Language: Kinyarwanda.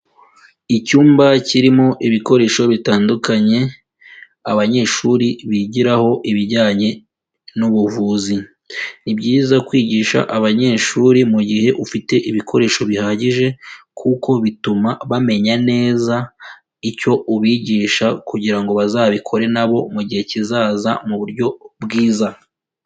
Icyumba kirimo ibikoresho bitandukanye abanyeshuri bigiraho ibijyanye n'ubuvuzi, ni byiza kwigisha abanyeshuri mu gihe ufite ibikoresho bihagije kuko bituma bamenya neza icyo ubigisha kugira ngo bazabikore na bo mu gihe kizaza mu buryo bwiza.